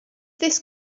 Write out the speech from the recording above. this